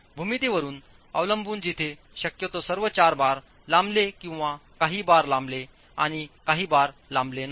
भूमितीवर अवलंबून जिथे शक्यतो सर्व चार बार लांबले किंवा काही बार लांबले आणि काही बार लांबले नाहीत